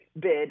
bid